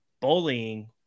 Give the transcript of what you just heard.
bullying